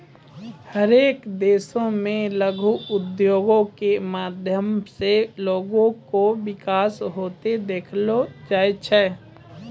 हरेक देशो मे लघु उद्योगो के माध्यम से लोगो के विकास होते देखलो जाय छै